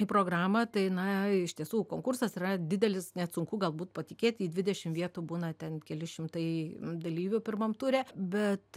į programą tai na iš tiesų konkursas yra didelis net sunku galbūt patikėt į dvidešim vietų būna ten keli šimtai dalyvių pirmam ture bet